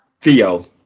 Theo